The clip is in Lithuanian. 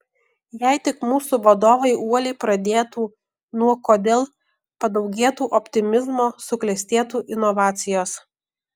jei tik mūsų vadovai uoliai pradėtų nuo kodėl padaugėtų optimizmo suklestėtų inovacijos